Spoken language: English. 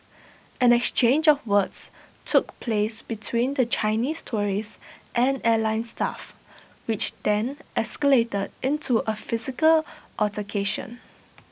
an exchange of words took place between the Chinese tourists and airline staff which then escalated into A physical altercation